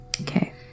Okay